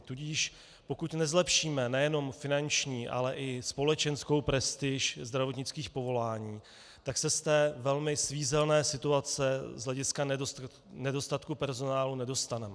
Tudíž pokud nezlepšíme nejenom finanční, ale i společenskou prestiž zdravotnických povolání, tak se z té velmi svízelné situace z hlediska nedostatku personálu nedostaneme.